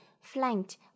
flanked